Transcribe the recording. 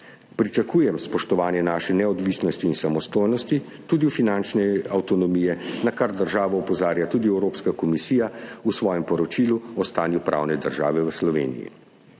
Pričakujem spoštovanje naše neodvisnosti in samostojnosti, tudi finančne avtonomije, na kar državo opozarja tudi Evropska komisija v svojem poročilu o stanju pravne države v Sloveniji.